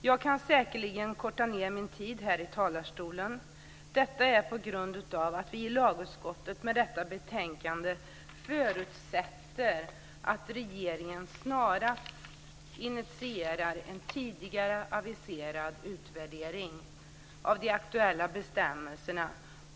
Jag kan säkerligen korta ned min tid här i talarstolen på grund av att vi i lagutskottet med detta betänkande förutsätter att regeringen snarast initierar en tidigare aviserad utvärdering av de aktuella bestämmelserna.